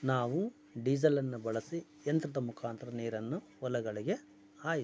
ನಾವು ಡೀಸಲನ್ನು ಬಳಸಿ ಯಂತ್ರದ ಮುಖಾಂತರ ನೀರನ್ನು ಹೊಲಗಳಿಗೆ ಹಾಯಿಸುತ್ತೇವೆ